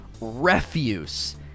refuse